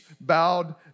bowed